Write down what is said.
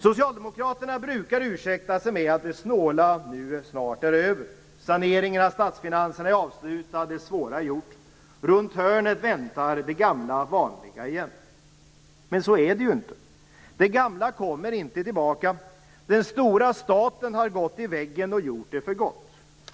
Socialdemokraterna brukar ursäkta sig med att det snåla nu snart är över. Saneringen av statsfinanserna är avslutad, det svåra är gjort. Runt hörnet väntar det gamla vanliga igen. Men så är det ju inte. Det gamla kommer inte tillbaka. Den stora staten har gått i väggen, och gjort det för gott.